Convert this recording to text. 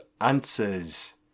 answers